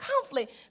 conflict